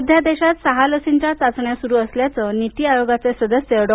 सध्या देशात सहा लसींच्या चाचण्या सुरू असल्याचं नीती आयोगाचे सदस्य डॉ